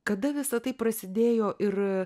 kada visa tai prasidėjo ir